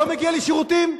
לא מגיע לי שירותים?